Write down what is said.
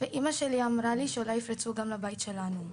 ואמא שלי אמרה לי שאולי יפרצו גם לבית שלנו.